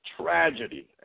tragedy